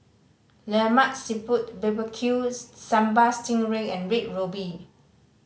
Lemak Siput B B Q sambal sting ray and Red Ruby